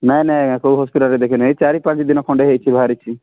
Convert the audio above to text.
ନାଇଁ ନାଇଁ ଆଉ କୋଉ ହସ୍ପିଟାଲ୍ରେ ଦେଖାଇ ନାହିଁ ଏଇ ଚାରି ପାଞ୍ଚ ଦିନ ଖଣ୍ଡେ ହୋଇଛି ବାହାରିଛି